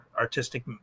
artistic